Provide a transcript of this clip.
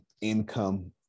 income